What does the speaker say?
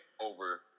over